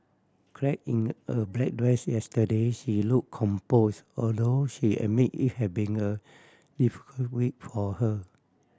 clad in a black dress yesterday she look compose although she admit it had been a difficult week for her